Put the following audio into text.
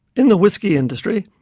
in the whiskey industry,